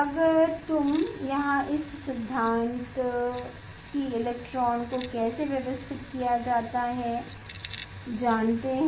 अगर यहाँ इस सिद्धांत कि इलेक्ट्रॉनों को कैसे व्यवस्थित किया जाता है आप जानते हैं